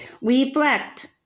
Reflect